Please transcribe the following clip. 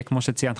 כמו שציינת,